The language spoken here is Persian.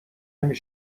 نمی